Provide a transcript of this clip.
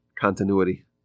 continuity